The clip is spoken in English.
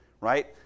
Right